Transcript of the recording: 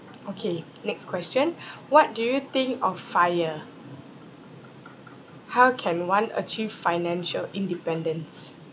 okay next question what do you think of FIRE how can one achieve financial independence